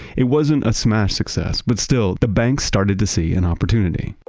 it wasn't a smash success, but still the bank started to see an opportunity